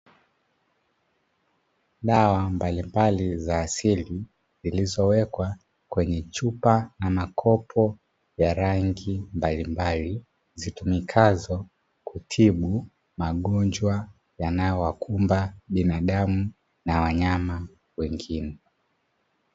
Dawa mbalimbali za asili zilizo wekwa kwenye kopo au vyombo zinazotumika kuwatibu wanyama na viumbe wengine